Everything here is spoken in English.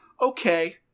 okay